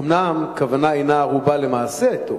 אומנם כוונה אינה ערובה למעשה טוב,